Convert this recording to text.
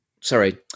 sorry